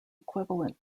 equivalent